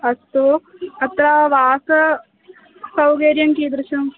अस्तु अत्र वाससौकर्यं कीदृशं